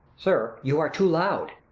sir, you are too loud.